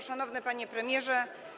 Szanowny Panie Premierze!